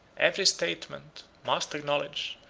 every statesman, must acknowledge,